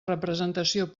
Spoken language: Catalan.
representació